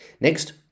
Next